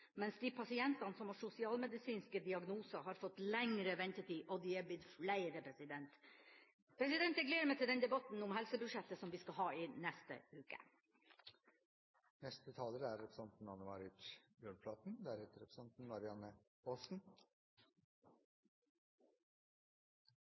mens de pasientene som har sosialmedisinske diagnoser, har fått lengre ventetid og de er blitt flere. Jeg gleder meg til den debatten om helsebudsjettet som vi skal ha i neste